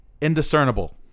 indiscernible